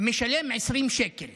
משלם 20 שקל